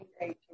eighteen